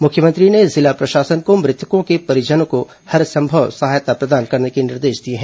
मुख्यमंत्री ने जिला प्रशासन को मृतकों के परिजनों को हरसंभव सहायता प्रदान करने के निर्देश दिए हैं